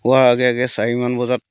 হোৱাৰ আগে আগে চাৰিমান বজাত